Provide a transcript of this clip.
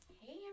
hey